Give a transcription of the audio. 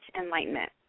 enlightenment